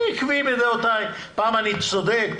אני עקבי בדעותיי פעם אני צודק,